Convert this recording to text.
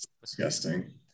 disgusting